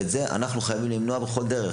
אנחנו צריכים למנוע זאת בכל דרך,